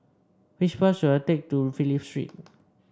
which bus should I take to Phillip Street